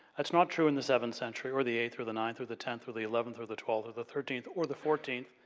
that's not true in the seventh century or the eighth, or the ninth, or the tenth, or the eleventh, or the twelfth, or the thirteenth, to the fourteenth.